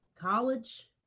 college